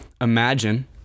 Imagine